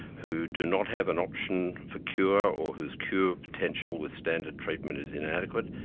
who do not have an option for cure or whose cure potential with standard treatment is inadequate,